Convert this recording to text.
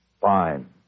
Fine